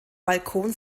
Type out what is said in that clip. balkon